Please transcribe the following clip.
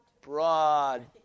broad